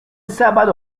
sábado